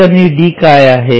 C आणि D काय आहे